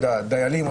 דיילים.